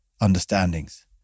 understandings